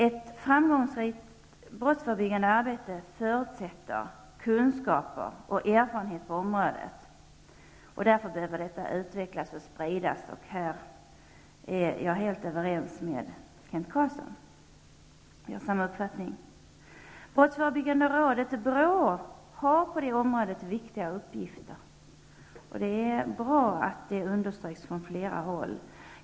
Ett framgångsrikt brottsförebyggande arbete förutsätter att kunskaper och erfarenheter på området utvecklas och sprids, och här är jag helt överens med Kent Brottsförebyggande rådet, BRÅ, har på det området viktiga uppgifter. Det är bra att det understryks från flera håll.